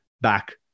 back